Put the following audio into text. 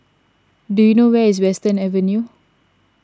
do you know where is Western Avenue